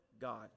God